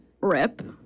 Rip